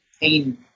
pain